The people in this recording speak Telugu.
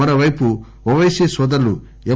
మరోవైపు ఓపైసీ నోదరులు ఎం